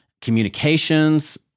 communications